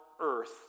earth